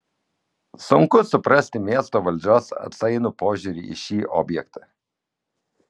sunku suprasti miesto valdžios atsainų požiūrį į šį objektą